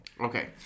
Okay